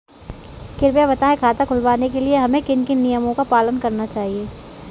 कृपया बताएँ खाता खुलवाने के लिए हमें किन किन नियमों का पालन करना चाहिए?